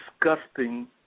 disgusting